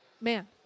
man